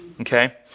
Okay